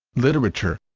literature